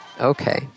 Okay